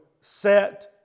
set